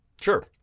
Sure